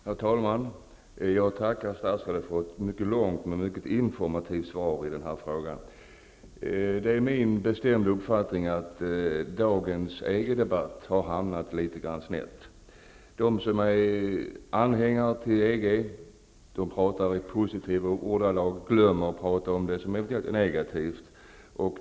Herr talman! Jag tackar statsrådet för ett mycket långt och mycket informativt svar i denna fråga. Det är min bestämda uppfattning att dagens EG debatt har hamnat litet grand snett. De som är anhängare till EG talar i positiva ordalag och glömmer att tala om det som är negativt.